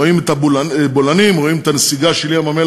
רואים את הבולענים, רואים את הנסיגה של ים-המלח.